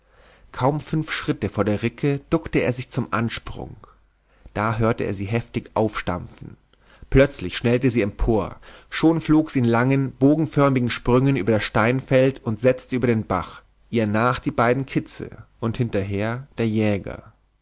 kaum fünf schritte vor der ricke duckte er sich zum ansprung da hörte er sie heftig aufstampfen plötzlich schnellte sie empor schon flog sie in langen bogenförmigen sprüngen über das steinfeld und setzte über den bach ihr nach die beiden kitze und hinterher der jäger